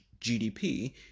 GDP